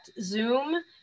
Zoom